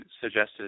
suggested